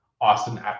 Austin